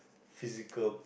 physical